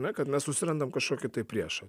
ar ne kad mes susirandame kažkokį priešą